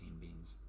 beans